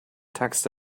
text